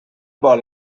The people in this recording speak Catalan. vol